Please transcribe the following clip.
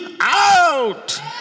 out